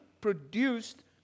produced